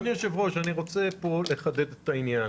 אדוני היושב ראש, אני רוצה לחדד את העניין.